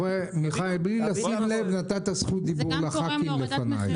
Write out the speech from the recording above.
מיכאל, בלי לשים לב נתת זכות דיבור לח"כים לפניי.